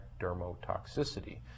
dermotoxicity